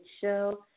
Show